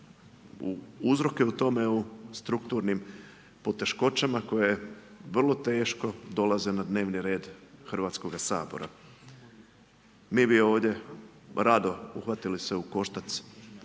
uzroke u tome u strukturnim poteškoćama koje vrlo teško dolaze na red Hrvatskog sabora. Mi bi ovdje rado se uhvatili u koštac